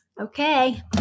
Okay